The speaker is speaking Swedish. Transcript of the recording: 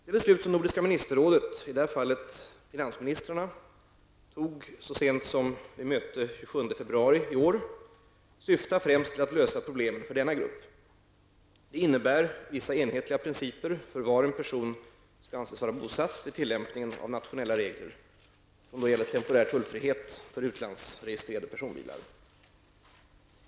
Det beslut som Nordiska ministerrådet, i detta fall finansministrarna, fattade så sent som vid ett möte den 27 februari i år syftar främst till att lösa problemen för denna grupp. Det innebär vissa enhetliga principer för var en person skall anses vara bosatt vid tillämpningen av nationella regler om temporär tullfrihet för utlandsregistrerade personbilar.